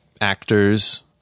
actors